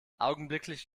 augenblicklich